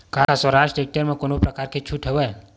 का स्वराज टेक्टर म कोनो प्रकार के छूट हवय?